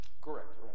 Correct